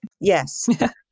Yes